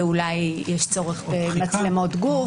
ואולי יש צורך במצלמות גוף?